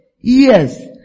yes